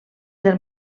del